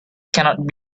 cannot